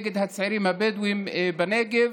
נגד הצעירים הבדואים בנגב